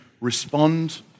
respond